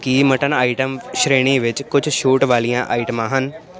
ਕੀ mutton item ਸ਼੍ਰੇਣੀ ਵਿੱਚ ਕੁਛ ਛੂਟ ਵਾਲੀਆਂ ਆਈਟਮਾਂ ਹਨ